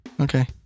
Okay